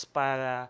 para